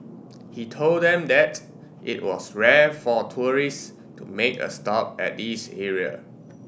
he told them that it was rare for tourists to make a stop at this area